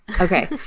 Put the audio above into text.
Okay